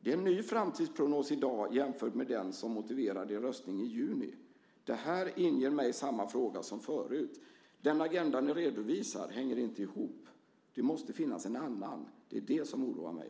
Det är en ny framtidsprognos i dag jämfört med den som motiverade röstningen i juni. Det inger mig samma fråga som förut. Den agenda ni redovisar hänger inte ihop. Det måste finnas en annan. Det är det som oroar mig.